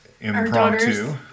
impromptu